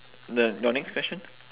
the your next question